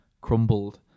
crumbled